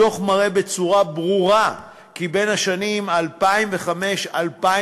הדוח מראה בצורה ברורה כי בשנים 2005 2011,